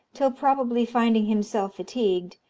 till, probably finding himself fatigued,